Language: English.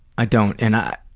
i don't. and i.